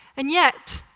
and yet,